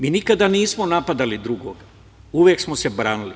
Mi nikada nismo napadali drugog, uvek smo se branili.